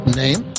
name